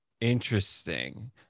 Interesting